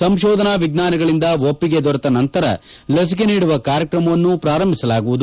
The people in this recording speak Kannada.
ಸಂಶೋಧನಾ ವಿಜ್ಞಾನಿಗಳಿಂದ ಒಪ್ಪಿಗೆ ದೊರೆತ ನಂತರ ಲಸಿಕೆ ನೀಡುವ ಕಾರ್ಯಕ್ರಮವನ್ನು ಪ್ರಾರಂಭಿಸಲಾಗುವುದು